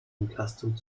entlastung